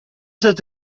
saint